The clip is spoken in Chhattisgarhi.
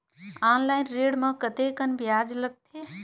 ऑनलाइन ऋण म कतेकन ब्याज लगथे?